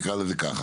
נקרא לזה ככה,